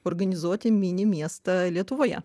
organizuoti mini miestą lietuvoje